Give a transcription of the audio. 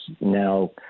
now –